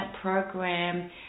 program